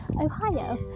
Ohio